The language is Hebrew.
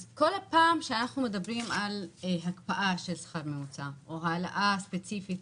אז כל פעם שאנחנו מדברים על הקפאה של שכר ממוצע או העלאה ספציפית